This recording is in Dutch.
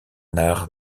naar